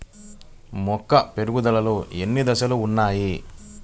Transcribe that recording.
మొక్క పెరుగుదలలో ఎన్ని దశలు వున్నాయి?